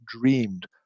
dreamed